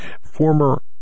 former